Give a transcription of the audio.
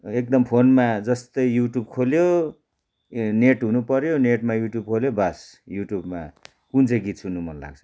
एकदम फोनमा जस्तो युट्युब खोल्यो ए नेट हुनुपऱ्यो नेटमा युट्युब खोल्यो बास युट्युबमा कुन चाहिँ गीत सुन्नु मन लाग्छ